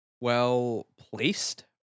well-placed